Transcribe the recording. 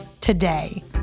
today